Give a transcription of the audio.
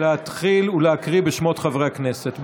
להתחיל לקרוא בשמות חברי הכנסת.